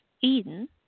Eden